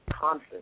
constant